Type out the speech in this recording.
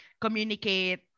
communicate